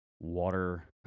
water